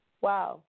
wow